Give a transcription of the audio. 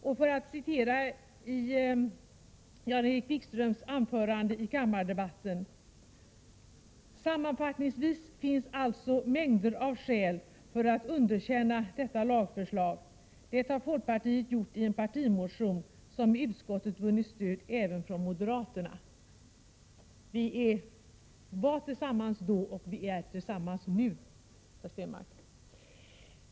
Jag vill citera vad Jan-Erik Wikström sade i sitt anförande i kammardebatten förra året: ”Sammanfattningsvis finns det alltså mängder av skäl för att underkänna detta lagförslag. Det har folkpartiet gjort i en partimotion, som i utskottet vunnit stöd även från moderaterna.” — Vi var tillsammans då, och vi är tillsammans nu, Per Stenmarck.